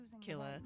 Killer